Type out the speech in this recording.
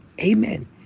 Amen